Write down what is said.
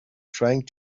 trying